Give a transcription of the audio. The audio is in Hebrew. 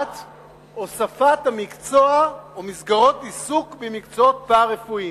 הוספת מקצוע או מסגרות עיסוק ממקצועות פארה-רפואיים.